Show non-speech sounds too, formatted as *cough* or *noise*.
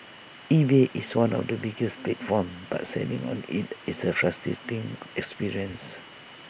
eBay is one of the biggest platforms but selling on IT is A *unintelligible* experience